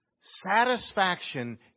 satisfaction